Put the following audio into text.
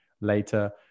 later